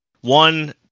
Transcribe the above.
one